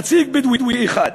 נציג בדואי אחד.